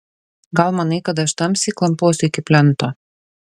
gal manai kad aš tamsy klamposiu iki plento